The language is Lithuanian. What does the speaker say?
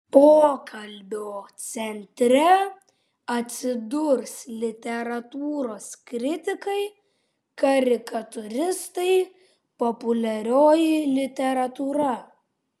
pokalbio centre atsidurs literatūros kritikai karikatūristai populiarioji literatūra